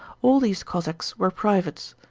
all these cossacks were privates,